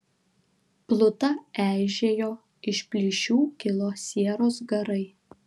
pluta eižėjo iš plyšių kilo sieros garai